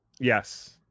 Yes